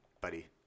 buddy